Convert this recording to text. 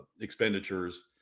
expenditures